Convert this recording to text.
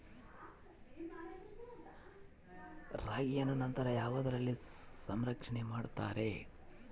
ರಾಗಿಯನ್ನು ನಂತರ ಯಾವುದರಲ್ಲಿ ಸಂರಕ್ಷಣೆ ಮಾಡುತ್ತಾರೆ?